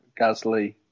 Gasly